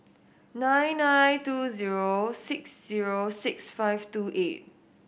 nine nine two zero six zero six five two eight